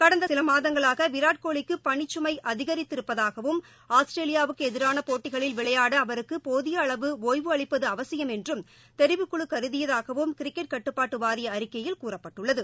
கடந்த சில மாதங்களாக விராட்கோவிக்கு பணிச்கமை அதிகரித்திருப்பதாகவும் ஆஸ்திரேலியாவுக்கு எதிரான போட்டிகளில் விளையாட அவருக்கு போதிய அளவு ஓய்வு அளிப்பது அவசியம் என்றும் தெரிவுக்குழு கருதியதாகவும் கிரிக்கெட் கட்டுப்பாட்டு வாரிய அறிக்கையில் கூறப்பட்டுள்ளது